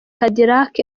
cadillac